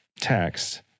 text